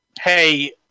hey